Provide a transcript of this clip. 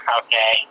okay